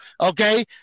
Okay